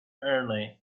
early